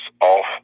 off